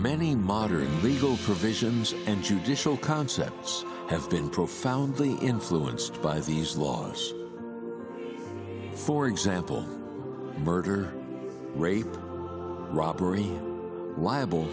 many modern legal provisions and judicial concepts have been profoundly influenced by these laws for example murder rape robbery